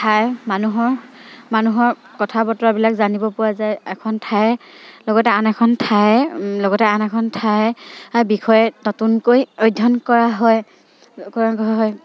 ঠাইৰ মানুহৰ মানুহৰ কথা বতৰাবিলাক জানিব পৰা যায় এখন ঠাইৰ লগতে আন এখন ঠাইে লগতে আন এখন ঠাই বিষয়ে নতুনকৈ অধ্যয়ন কৰা হয় হয়